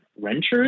renters